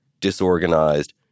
Disorganized